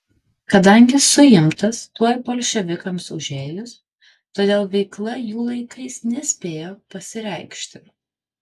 kadangi suimtas tuoj bolševikams užėjus todėl veikla jų laikais nespėjo pasireikšti